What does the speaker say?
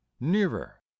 nearer